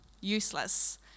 useless